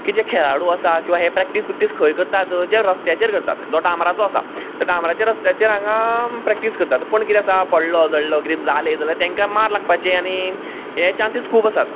की जे खेळाडू आसा किंवां हे प्रॅक्टीस बिक्टीस खंय करतात जे रस्त्याचेर करतात जो डांबराचो आसा तर डांबराचे रस्त्याचेर हांगा प्रॅक्टीस करतात पण कितें आसा पडलो झडलो कितें जालें जाल्यार तेंका मार लागपाचें आनी हे चान्सीस खूब आसात